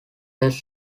less